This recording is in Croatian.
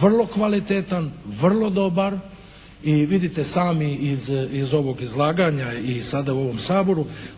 vrlo kvalitetan, vrlo dobar i vidite sami iz ovog izlaganja i sada u ovom Saboru